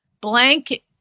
blank